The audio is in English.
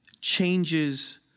changes